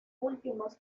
últimos